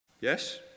Yes